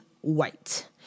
white